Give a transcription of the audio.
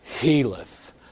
healeth